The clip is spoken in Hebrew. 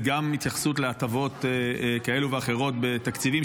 גם התייחסות להטבות כאלו ואחרות בתקציבים,